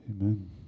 Amen